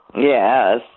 Yes